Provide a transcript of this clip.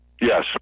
Yes